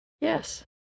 Yes